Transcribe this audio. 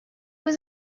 was